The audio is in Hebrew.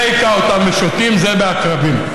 זה הכה אותם בשוטים, זה בעקרבים.